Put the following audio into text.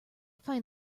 find